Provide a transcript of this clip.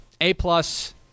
A-plus